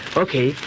okay